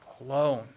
alone